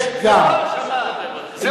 יש גם, זו לא האשמה.